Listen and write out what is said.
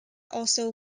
also